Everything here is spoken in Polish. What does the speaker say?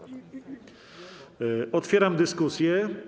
Otwieram dyskusję.